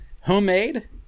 homemade